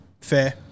fair